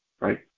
right